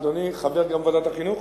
אדוני חבר גם בוועדת החינוך?